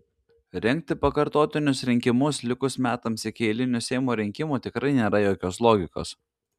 rengti pakartotinius rinkimus likus metams iki eilinių seimo rinkimų tikrai nėra jokios logikos